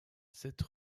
cette